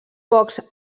pocs